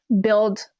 build